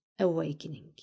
awakening